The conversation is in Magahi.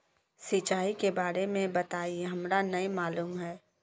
सिंचाई के बारे में बताई हमरा नय मालूम है?